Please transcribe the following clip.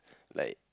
like